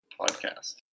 podcast